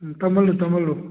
ꯎꯝ ꯇꯝꯍꯜꯂꯨ ꯇꯝꯍꯜꯂꯨ